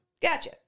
Gotcha